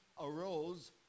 arose